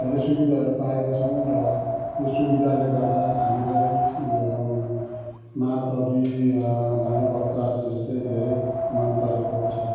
धेरै सुविधाहरू पाएको छौँ र यो सुविधाले गर्दा हामीलाई महाकवि भानुभक्त आचार्य चाहिँ धेरै मनपरेको छ